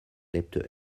lebte